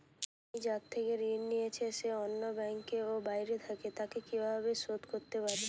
আমি যার থেকে ঋণ নিয়েছে সে অন্য ব্যাংকে ও বাইরে থাকে, তাকে কীভাবে শোধ করতে পারি?